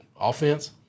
Offense